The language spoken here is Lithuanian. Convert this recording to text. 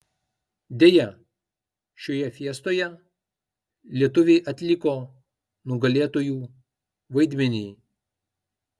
deja šioje fiestoje lietuviai atliko nugalėtųjų vaidmenį